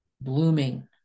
blooming